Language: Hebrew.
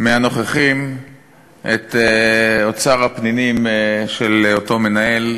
מהנוכחים את אוצר הפנינים של אותו מנהל,